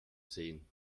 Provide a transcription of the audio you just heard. sehen